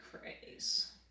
craze